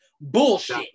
Bullshit